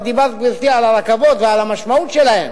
דיברת, גברתי, על הרכבות ועל המשמעות שלהן,